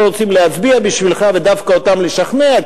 רוצים להצביע בשבילך ודווקא אותם לשכנע,